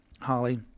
Holly